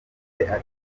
mvuga